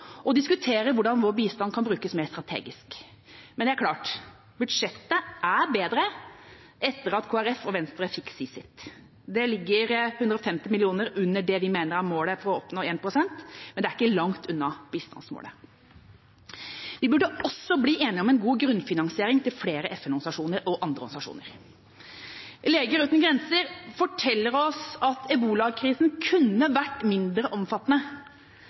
og diskutere hvordan vår bistand kan brukes mer strategisk. Men, det er klart: Budsjettet ble bedre etter at Kristelig Folkeparti og Venstre fikk si sitt. Det ligger 150 mill. kr under det vi mener er målet for å oppnå 1 pst., men det er ikke langt unna bistandsmålet. Vi burde også bli enige om en god grunnfinansiering til flere FN-organisasjoner og andre organisasjoner. Leger Uten Grenser forteller oss at ebolakrisen kunne vært mindre omfattende